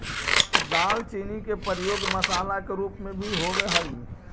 दालचीनी के प्रयोग मसाला के रूप में भी होब हई